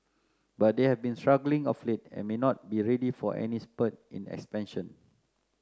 but they have been struggling of late and may not be ready for any spurt in expansion